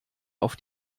auf